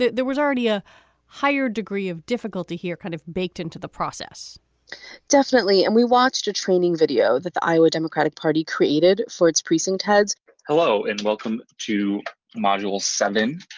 yeah there was already a higher degree of difficulty here, kind of baked into the process definitely. and we watched a training video that the iowa democratic party created for its precinct heads hello and welcome to module seven.